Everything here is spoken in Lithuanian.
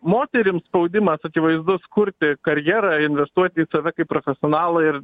moterims spaudimas akivaizdus kurti karjerą investuoti į save kaip profesionalą ir